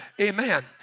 Amen